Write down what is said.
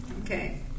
Okay